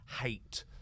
hate